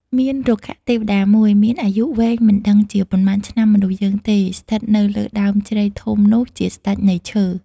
មានរុក្ខទេវតាមួយមានអាយុវែងមិនដឹងជាប៉ុន្មានឆ្នាំមនុស្សយើងទេ ស្ថិត នៅលើដើមជ្រៃធំនោះជាស្ដេចនៃឈើ ។